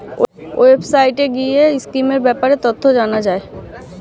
ওয়েবসাইটে গিয়ে স্কিমের ব্যাপারে তথ্য জানা যায়